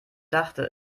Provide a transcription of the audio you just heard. dachte